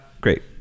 great